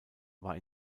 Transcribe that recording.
war